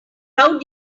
how